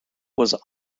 was